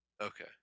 Okay